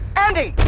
andi!